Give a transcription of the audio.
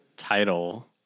title